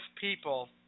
people